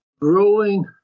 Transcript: growing